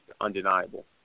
undeniable